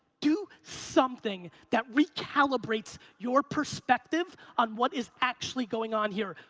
do something that re-calibrates your perspective on what is actually going on here.